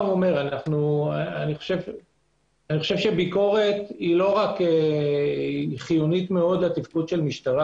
אני חושב שביקורת היא חיונית מאוד לתפקוד משטרה.